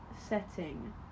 setting